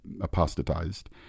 apostatized